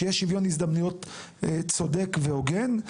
שיהיה שוויון הזדמנויות צודק והוגן,